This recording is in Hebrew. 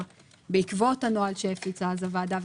בעקבות הנוהל שקבעה ושהפיצה אז הוועדה,